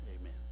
amen